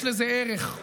יש לזה ערך.